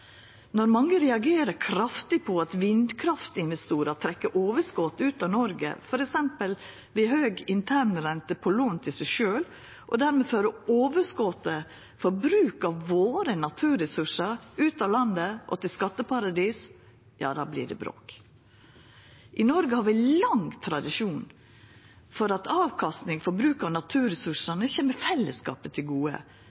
Når mange reagerer kraftig på at vindkraftinvestorar trekkjer overskot ut av Noreg, f.eks. ved høg internrente på lån til seg sjølve, og dermed fører overskotet for bruk av våre naturressursar ut av landet til skatteparadis, ja, då vert det bråk. I Noreg har vi lang tradisjon for at avkastning ved bruk av